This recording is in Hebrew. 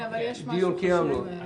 דיון כבר קיימנו.